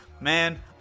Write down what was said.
man